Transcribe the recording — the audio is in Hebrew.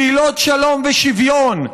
פעילות שלום ושוויון,